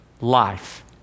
life